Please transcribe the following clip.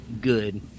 good